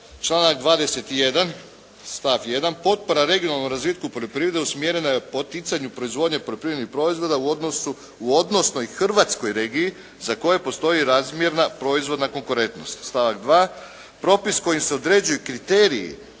članak 21. stavak 1.: "Potpora regionalnom razvitku poljoprivrede usmjerena je poticanju proizvodnje poljoprivrednih proizvoda u odnosnoj hrvatskoj regiji za koje postoji razmjerna proizvodna konkurentnost." Stavak 2.: "Propis kojim se određuju kriteriji